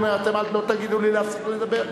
הוא אומר: אתם לא תגידו לי להפסיק לדבר.